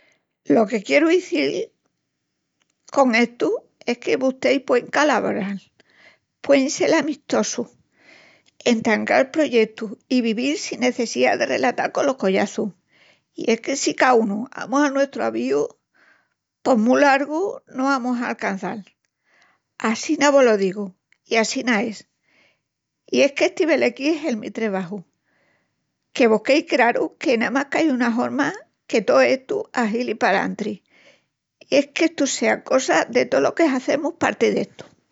Lo que quieru izil con estu es que vusteis puein calavoral, puein sel amistosus, entangal proyeutus i vivil en sin nesseciá de relatal colos sus collaçus. I es que si caúnu amus al nuestru avíu, pos mu largu no amus a ancançal. Assina vo-lo digu i assina es. I es qu'esti veliquí es el mi trebaju, que vos quei craru que namás qu'ai una horma que tó estu ahili palantri es que estu sea cosa de tolos que hazemus parti d'estu.